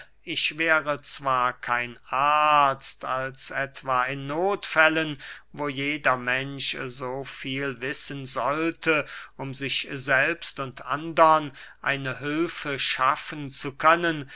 ich wäre zwar kein arzt als etwa in nothfällen wo jeder mensch so viel wissen sollte um sich selbst und andern einige hülfe schaffen zu können